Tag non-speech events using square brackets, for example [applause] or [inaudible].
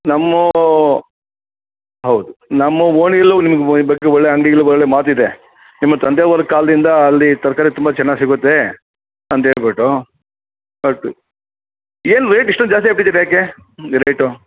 ನಮ್ಮ ಹೌದು ನಮ್ಮ ಓಣೀಲೂ ನಿಮ್ಗೆ ಬಗ್ಗೆ ಒಳ್ಳೆಯ ಅಂಗ್ಡೀಲಿ ಒಳ್ಳೆಯ ಮಾತಿದೆ ನಿಮ್ಮ ತಂದೆ ಅವರ ಕಾಲದಿಂದ ಅಲ್ಲಿ ತರಕಾರಿ ತುಂಬ ಚೆನ್ನಾಗಿ ಸಿಗುತ್ತೆ ಅಂತೇಳಿ ಬಿಟ್ಟು [unintelligible] ಏನು ರೇಟ್ ಇಷ್ಟೊಂದು ಜಾಸ್ತಿ ಆಗಿಬಿಟ್ಟಿದ್ಯಲ್ಲ ಯಾಕೆ ನಿಮ್ದು ರೇಟು